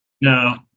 No